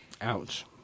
Ouch